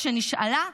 כשנשאלה: